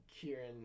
Kieran